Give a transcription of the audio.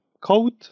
code